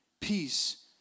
peace